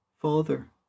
father